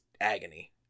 agony